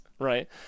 Right